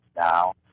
now